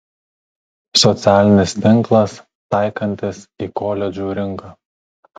socialinis tinklas taikantis į koledžų rinką